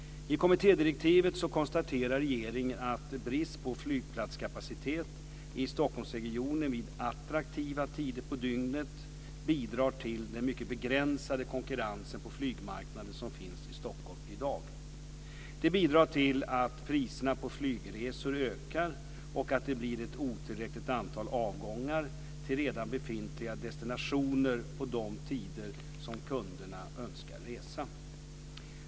I kommittédirektivet konstaterar regeringen att brist på flygplatskapacitet i Stockholmsregionen vid attraktiva tider på dygnet bidrar till den mycket begränsade konkurrensen på flygmarknaden som finns i Stockholm i dag. Det bidrar till att priserna på flygresor ökar och att det blir ett otillräckligt antal avgångar till redan befintliga destinationer på de tider som kunderna önskar resa.